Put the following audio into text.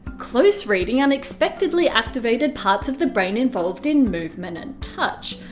close reading unexpectedly activated parts of the brain involved in movement and touch.